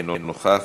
אינו נוכח,